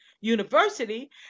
university